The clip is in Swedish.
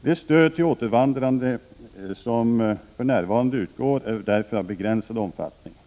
Det stöd till återvandrare som för närvarande utgår är därför av begränsad omfattning.